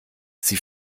sie